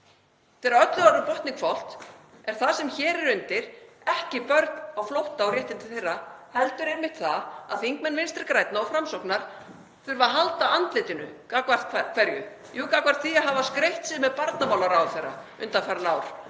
Þegar öllu er á botninn hvolft er það sem hér er undir ekki börn á flótta og réttindi þeirra heldur einmitt það að þingmenn Vinstri grænna og Framsóknar þurfa að halda andlitinu. Gagnvart hverju? Jú, gagnvart því að hafa skreytt sig með barnamálaráðherra undanfarin ár